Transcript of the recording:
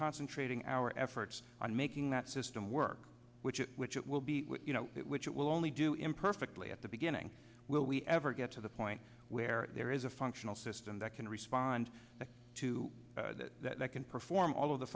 concentrating our efforts on making that system work which is which it will be you know which it will only do imperfectly at the beginning will we ever get to the point where there is a functional system that can respond to that can perform all of the